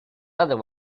other